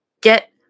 Get